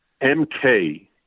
MK